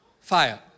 Fire